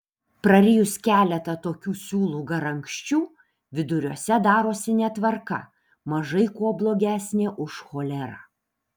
prarijus keletą tokių siūlų garankščių viduriuose darosi netvarka mažai kuo blogesnė už cholerą